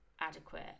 adequate